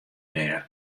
dêr